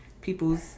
people's